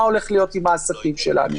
מה הולך להיות עם העסקים שלנו.